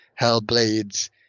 Hellblade's